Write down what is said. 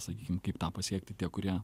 sakykim kaip tą pasiekti tie kurie